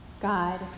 God